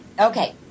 Okay